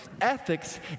ethics